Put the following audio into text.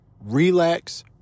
relax